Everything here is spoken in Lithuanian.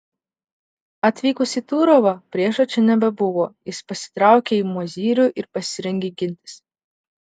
atvykus į turovą priešo čia nebebuvo jis pasitraukė į mozyrių ir pasirengė gintis